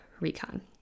Recon